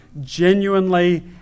genuinely